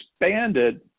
expanded